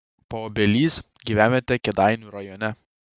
paobelys gyvenvietė kėdainių rajone